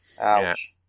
Ouch